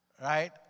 right